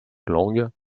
langues